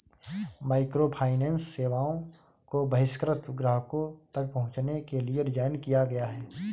microfinance सेवाओं को बहिष्कृत ग्राहकों तक पहुंचने के लिए डिज़ाइन किया गया है